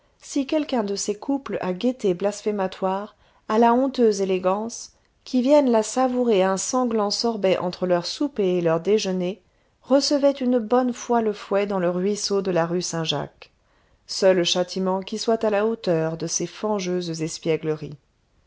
si quelqu'un de ces couples à gaieté blasphématoire à la honteuse élégance qui viennent là savourer un sanglant sorbet entre leur souper et leur déjeuner recevait une bonne fois le fouet dans le ruisseau de la rue saint-jacques seul châtiment qui soit à la hauteur de ces fangeuses espiègleries